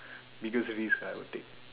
biggest risk I would take